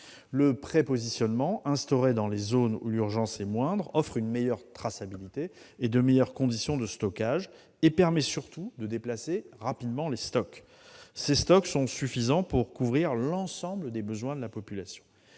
Le prépositionnement, instauré dans les zones où l'urgence est moindre, offre une meilleure traçabilité et de meilleures conditions de stockage ; il permet surtout de déplacer rapidement les stocks, lesquels sont suffisants pour couvrir l'ensemble de la population.